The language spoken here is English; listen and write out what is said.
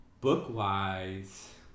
Book-wise